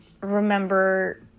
remember